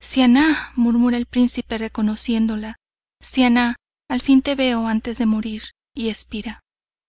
siannah murmura el príncipe reconociéndola siannah al fin te veo antes de morir y expira